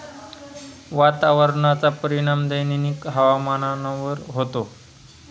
वातावरणाचा परिणाम दैनंदिन हवामानावर होतो